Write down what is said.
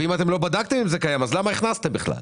ואם אתם לא בדקתם אם זה קיים אז למה הכנסתם בכלל?